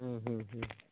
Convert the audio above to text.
हं हं हं